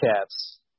cats